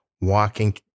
walking